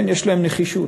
כן, יש להם נחישות.